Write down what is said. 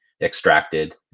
extracted